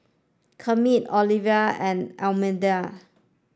Kermit Orvil and Almedia